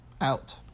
Out